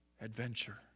adventure